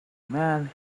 mad